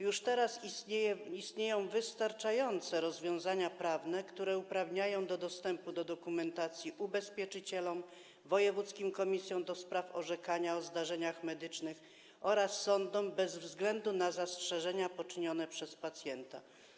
Już teraz istnieją wystarczające rozwiązania prawne, które uprawniają do dostępu do dokumentacji ubezpieczycielom, wojewódzkim komisjom do spraw orzekania o zdarzeniach medycznych oraz sądom bez względu na zastrzeżenia poczynione przez pacjenta.